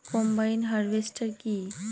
Combine harvester কি?